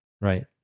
Right